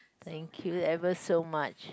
thank you ever so much